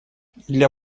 для